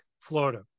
Florida